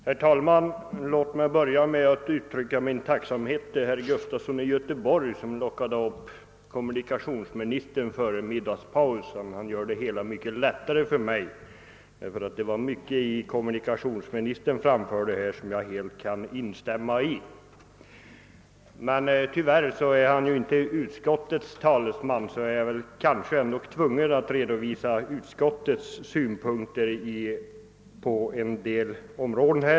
Herr talman! Låt mig börja med att uttrycka min tacksamhet mot herr Gustafson i Göteborg, som lockade upp kommunikationsministern till ett inlägg före middagspausen. Han gjorde det hela mycket lättare för mig, ty åtskilligt av vad kommunikationsministern framförde kan jag helt instämma i. Tyvärr är emellertid kommunikationsministern inte utskottets talesman, och därför är jag ändå tvungen att redovisa utskottets synpunkter på en del områden.